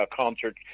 concert